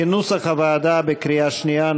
כנוסח הוועדה, בקריאה שנייה.